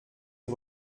les